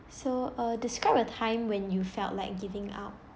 so uh describe a time when you felt like giving up